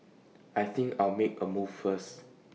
I think I'll make A move first